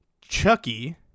Chucky